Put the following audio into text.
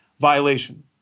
violation